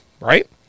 right